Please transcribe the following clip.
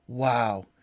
Wow